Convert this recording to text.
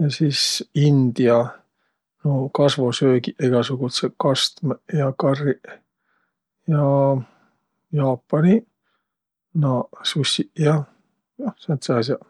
Ja sis india nuuq kasvosöögiq, egäsugudsõq kastmõq ja karriq. Ja Jaapani naaq sushiq ja. Noh, sääntseq as'aq.